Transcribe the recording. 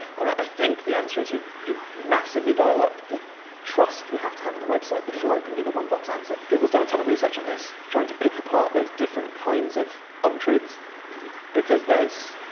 and i think the answer is you you massively dial up the trust you have to have in a website before it can be the one box answer. google's done a ton of research on this trying to pick apart those different kinds of untruths because there's